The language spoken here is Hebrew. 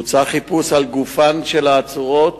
בוצע חיפוש על גופן של העצורות.